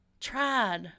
tried